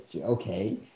Okay